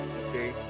okay